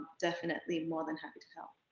definitely, more than happy to help.